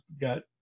got